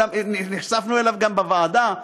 ונחשפנו אליו גם בוועדה,